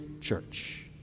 church